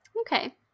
okay